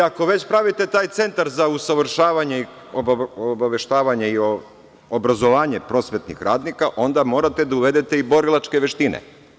Ako već pravite taj Centar za usavršavanje, obaveštavanje i obrazovanje prosvetnih radnika, onda morate da uvedete i borilačke veštine.